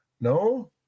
no